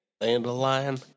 Dandelion